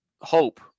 hope